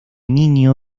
niño